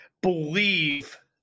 believe